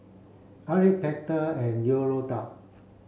Aric Pate and Yolonda